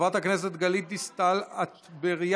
חברת הכנסת גלית דיסטל אטבריאן,